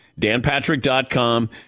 DanPatrick.com